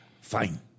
Fine